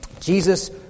Jesus